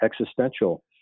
existential